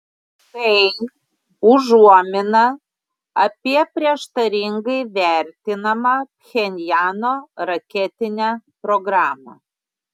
tai užuomina apie prieštaringai vertinamą pchenjano raketinę programą